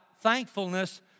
thankfulness